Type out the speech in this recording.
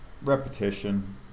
Repetition